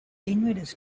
invaders